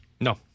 No